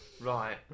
Right